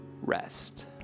rest